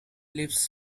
leaves